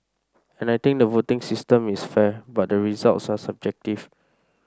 and I think the voting system is fair but the results are subjective